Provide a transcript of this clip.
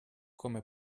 come